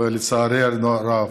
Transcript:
ולצערנו הרב,